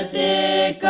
the